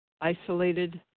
isolated